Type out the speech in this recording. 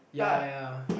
ya ya